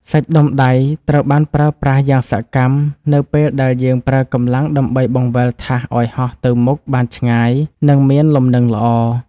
សាច់ដុំដៃត្រូវបានប្រើប្រាស់យ៉ាងសកម្មនៅពេលដែលយើងប្រើកម្លាំងដើម្បីបង្វិលថាសឱ្យហោះទៅមុខបានឆ្ងាយ និងមានលំនឹងល្អ។